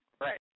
Right